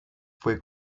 fue